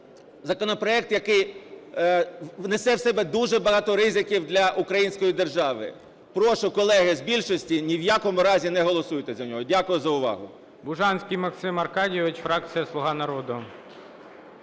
законопроект, який несе в собі дуже багато ризиків для української держави. Прошу, колеги з більшості, ні в якому разі не голосуйте за нього. Дякую за увагу.